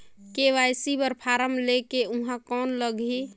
KYC बर form ले के ऊहां कौन लगही?